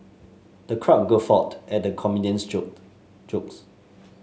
the crowd guffawed at the comedian's joke jokes